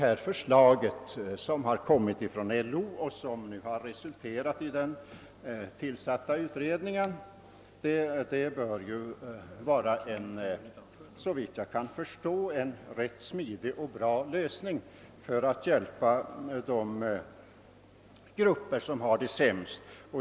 LO-förslaget, som resulterat i att en utredning tillsatts, innebär såvitt jag förstår en smidig och bra lösning för de grupper som har det sämst.